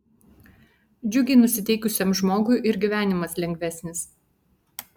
džiugiai nusiteikusiam žmogui ir gyvenimas lengvesnis